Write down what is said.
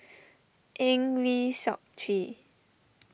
Eng Lee Seok Chee